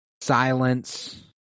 Silence